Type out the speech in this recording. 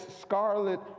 scarlet